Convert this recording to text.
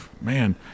Man